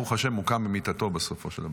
ברוך השם, הוא קם ממיטתו בסופו של דבר.